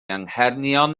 anghenion